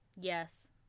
Yes